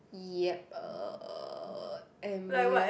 yep uh and we